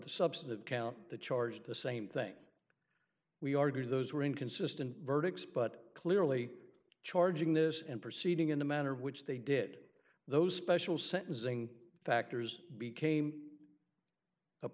the substantive count the charge the same thing we argued those were inconsistent verdicts but clearly charging this and proceeding in the manner which they did those special sentencing factors became a